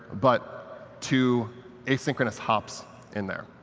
but two asynchronous hops in there.